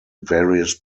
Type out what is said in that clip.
various